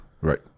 Right